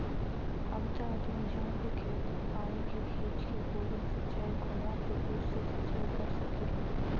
अब त आदमी जहाँ भी खेत हौ पानी के खींच के, बोरिंग से चाहे कुंआ टूल्लू से सिंचाई कर सकला